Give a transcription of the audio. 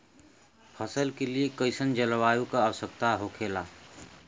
फसल के लिए कईसन जलवायु का आवश्यकता हो खेला?